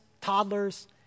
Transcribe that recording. toddlers